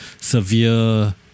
severe